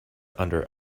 under